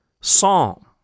Psalm